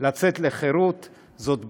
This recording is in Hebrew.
לצאת לחירות זאת ברכה,